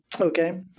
Okay